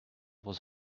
was